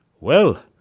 well,